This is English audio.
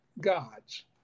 gods